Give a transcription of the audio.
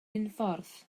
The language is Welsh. unffordd